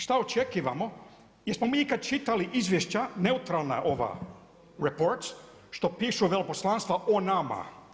Šta očekivamo, jesmo mi ikad čitali izvješća neutralna ova reports, što pišu veleposlanstva o nama?